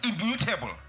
immutable